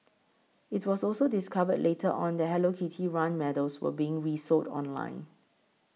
it was also discovered later on that Hello Kitty run medals were being resold online